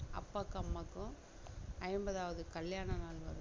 அப்பாவுக்கும் அம்மாவுக்கும் ஐம்பதாவது கல்யாண நாள் வருது